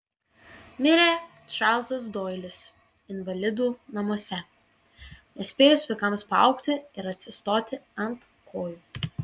mirė čarlzas doilis invalidų namuose nespėjus vaikams paaugti ir atsistoti ant kojų